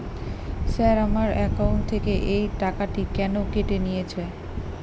Sir আমার account থেকে এই টাকাটি কেন কেটে নিয়েছেন?